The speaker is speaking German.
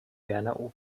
werner